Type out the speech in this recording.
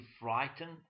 frightened